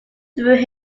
through